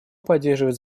поддерживать